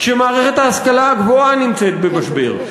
כשמערכת ההשכלה הגבוהה נמצאת במשבר,